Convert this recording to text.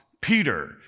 Peter